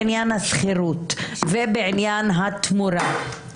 בעניין השכירות ובעניין התמורה,